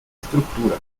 estructura